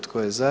Tko je za?